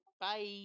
Bye